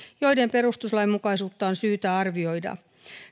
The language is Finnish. joiden perustuslainmukaisuutta on syytä arvioida